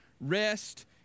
rest